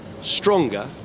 stronger